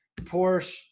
Porsche